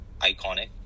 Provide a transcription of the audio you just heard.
iconic